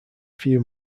few